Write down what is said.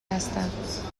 هستم